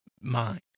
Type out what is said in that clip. mind